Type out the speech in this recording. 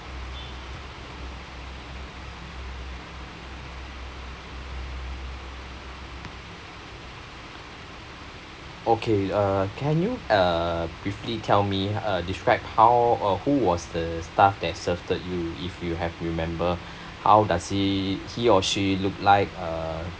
okay uh can you uh briefly tell me uh describe how or who was the staff that served you if you have remembered how does he he or she looked like uh